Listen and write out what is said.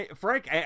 Frank